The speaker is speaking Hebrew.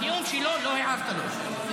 בנאום שלו לא הערת לו.